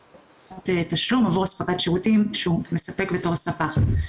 תשלום עבור הספקת שירותים שהוא מספק בתור ספק.